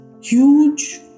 huge